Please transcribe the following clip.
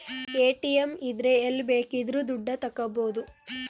ATM ಇದ್ರೆ ಎಲ್ಲ್ ಬೇಕಿದ್ರು ದುಡ್ಡ ತಕ್ಕಬೋದು